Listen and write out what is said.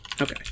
Okay